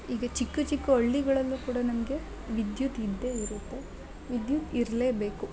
ಈಗ ಚಿಕ್ಕ ಚಿಕ್ಕ ಹಳ್ಳಿಗಳಲ್ಲೂ ಕೂಡ ನಮಗೆ ವಿದ್ಯುತ್ ಇದ್ದೇ ಇರುತ್ತೆ ವಿದ್ಯುತ್ ಇರಲೇಬೇಕು